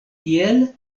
tiel